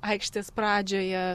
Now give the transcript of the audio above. aikštės pradžioje